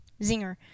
zinger